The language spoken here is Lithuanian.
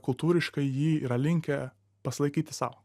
kultūriškai jį yra linkę pasilaikyti sau